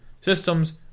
systems